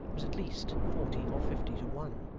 was at least forty or fifty to one.